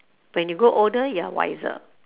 when you grow older you're wiser